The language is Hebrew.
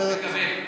אחרת, מקבל.